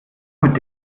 mit